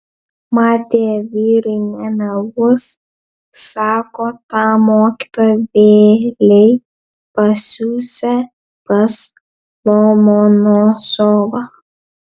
matė vyrai nemeluos sako tą mokytoją vėlei pasiųsią pas lomonosovą